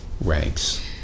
ranks